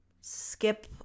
skip